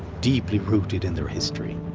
deeply rooted in their history.